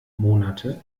monate